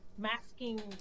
masking